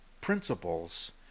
principles